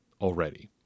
already